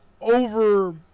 over